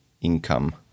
income